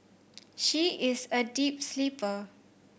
she is a deep sleeper